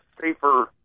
safer